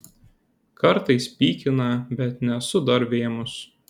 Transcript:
kartais pykina bet nesu dar vėmus